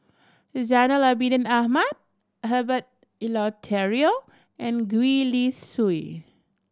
Zainal Abidin Ahmad Herbert Eleuterio and Gwee Li Sui